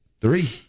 Three